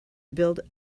build